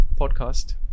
podcast